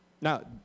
Now